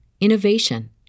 innovation